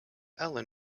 ellen